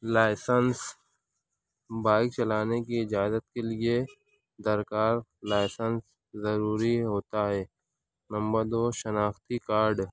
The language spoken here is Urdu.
لائسینس بائک چلانے کی اجازت کے لیے درکار لائسینس ضروری ہوتا ہے نمبر دو شناختی کارڈ